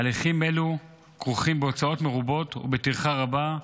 הליכים אלו כרוכים בהוצאות מרובות ובטרחה רבה,